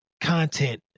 content